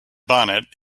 bonnet